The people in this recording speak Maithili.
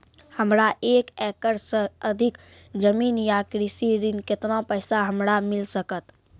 हमरा एक एकरऽ सऽ अधिक जमीन या कृषि ऋण केतना पैसा हमरा मिल सकत?